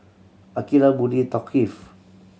Aqilah Budi Thaqif